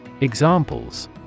Examples